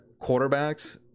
quarterbacks